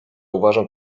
uważam